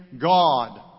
God